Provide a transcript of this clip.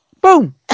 boom